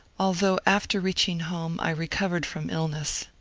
although after reaching home i recovered from ilhiess,